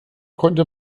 konnte